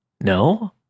No